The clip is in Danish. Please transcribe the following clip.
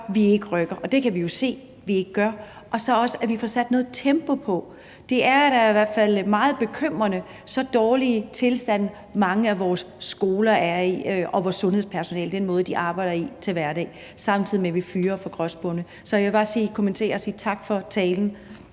vi ikke rykker. Og det kan vi jo se at vi ikke gør. Og så vil det også være godt, at vi får sat noget tempo på. Det er da i hvert fald meget bekymrende, så dårlig en tilstand mange af vores skoler er i, og også i forhold til hvad vores sundhedspersonale arbejder i til hverdag, samtidig med at vi fyrer for gråspurvene. Så jeg vil bare sige tak for talen